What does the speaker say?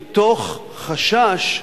מתוך חשש,